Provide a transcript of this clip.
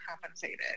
compensated